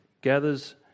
gathers